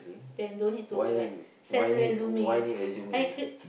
then don't need to like send resume I could